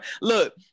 Look